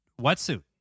wetsuit